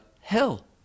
hell